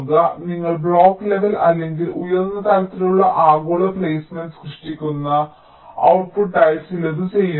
അതിനാൽ നിങ്ങൾ block level അല്ലെങ്കിൽ ഉയർന്ന തലത്തിലുള്ള ആഗോള പ്ലേസ്മെന്റ് സൃഷ്ടിക്കുന്ന ഔട്ട്പുട്ട്ടായി ചിലത് ചെയ്യുന്നു